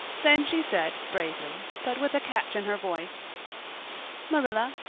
then she said bravely, but with a catch in her voice marilla,